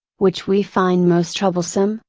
which we find most troublesome,